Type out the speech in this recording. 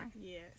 Yes